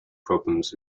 problems